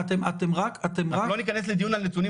אתם רק --- אנחנו לא ניכנס לדיון על נתונים